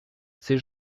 ces